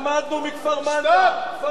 למדנו מכפר-מנדא.